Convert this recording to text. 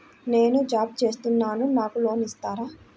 నేను జాబ్ చేస్తున్నాను నాకు లోన్ ఇస్తారా?